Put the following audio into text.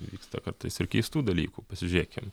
vyksta kartais ir keistų dalykų pasižiūrėkim